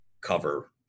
cover